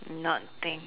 not think